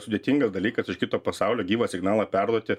sudėtingas dalykas iš kito pasaulio gyvą signalą perduoti